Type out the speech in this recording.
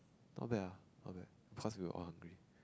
not bad lah not bad cause we were all hungry